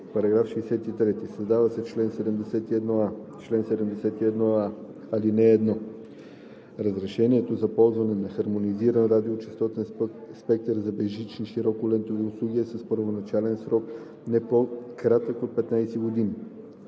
§ 63: „§ 63. Създава се чл. 71а: „Чл. 71а. (1) Разрешението за ползване на хармонизиран радиочестотен спектър за безжични широколентови услуги е с първоначален срок, не по-кратък от 15 години,